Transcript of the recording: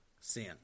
sin